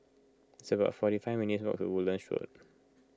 it's about forty five minutes' walk Woodlands Road